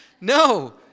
No